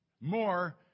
more